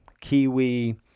kiwi